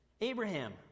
Abraham